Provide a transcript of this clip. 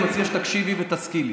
אני מציע שתקשיבי ותשכילי.